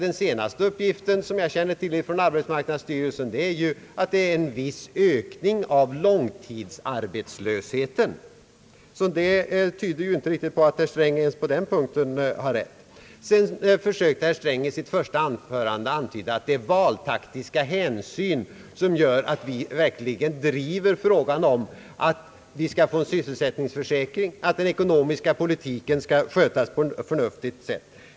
Den senaste uppgiften från arbetsmarknadsstyrelsen som jag känner till talar om att det är en viss ökning av långtidsarbetslösheten. Det tyder på att herr Sträng inte har rätt ens på den punkten. Vidare försökte herr Sträng i sitt första anförande antyda att det är valtaktiska hänsyn som gör att vi driver frågan om att vi skall få en sysselsättningsförsäkring och att den ekonomiska politiken skall skötas på ett förnuftigt sätt.